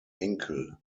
enkel